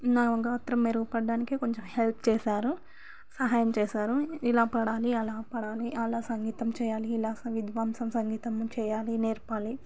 నా గాత్రం మెరుగు పడడానికి కొంచెం హెల్ప్ చేశారు సహాయం చేశారు ఇలా పాడాలి అలా పాడాలి అలా సంగీతం చేయాలి ఇలా విధ్వంసం సంగీతం చేయాలి నేర్పాలి